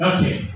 Okay